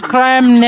Crime